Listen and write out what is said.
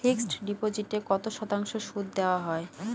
Fixed ডিপোজিটে কত শতাংশ সুদ দেওয়া হয়?